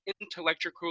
intellectual